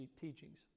teachings